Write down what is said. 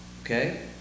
Okay